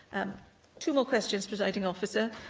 um two more questions, presiding officer.